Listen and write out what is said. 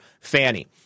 Fanny